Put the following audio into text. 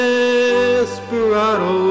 Desperado